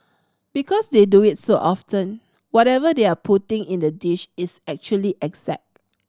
because they do it so often whatever they are putting in the dish is actually exact